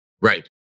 Right